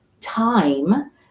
time